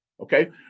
Okay